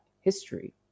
history